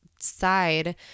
side